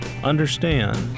understand